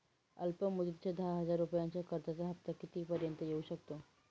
अल्प मुदतीच्या दहा हजार रुपयांच्या कर्जाचा हफ्ता किती पर्यंत येवू शकतो?